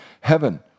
heaven